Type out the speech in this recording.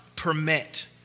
permit